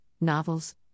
novels